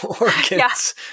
organs